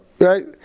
Right